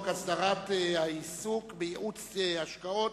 הסדרת העיסוק בייעוץ השקעות,